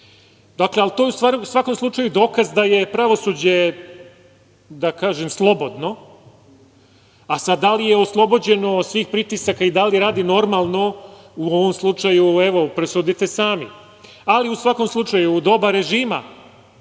Dakle, to je u svakom slučaju dokaz da je pravosuđe, da kažem, slobodno a sad da li je oslobođeno svih pritisaka i da li radi normalno, u ovom slučaju, evo, presudite sami. Ali, u svakom slučaju u doba režima